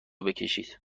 بکشید